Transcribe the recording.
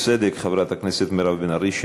חברת הכנסת מירב בן ארי מבקשת,